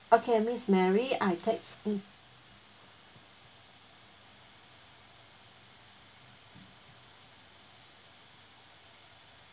okay miss mary I take mm